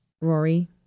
Rory